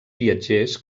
viatgers